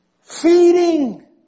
feeding